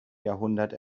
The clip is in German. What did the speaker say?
jahrhundert